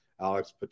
Alex